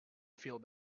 feel